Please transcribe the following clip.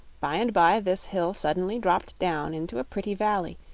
by-and-by this hill suddenly dropped down into a pretty valley,